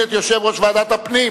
ועדת הפנים